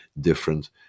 different